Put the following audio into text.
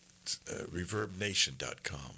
ReverbNation.com